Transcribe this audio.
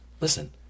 listen